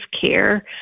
care